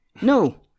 no